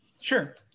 Sure